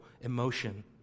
emotion